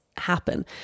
happen